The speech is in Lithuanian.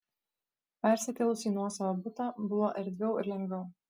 persikėlus į nuosavą butą buvo erdviau ir lengviau